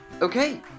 Okay